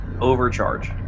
overcharge